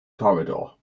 corridor